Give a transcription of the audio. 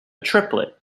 triplet